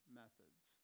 methods